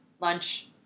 lunch